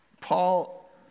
Paul